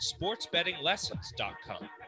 SportsBettingLessons.com